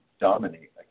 dominate